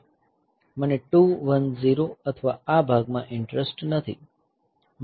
મને 2 1 0 અથવા આ ભાગમાં ઈંટરેસ્ટ નથી